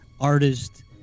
artist